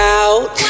out